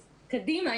אז "קדימה,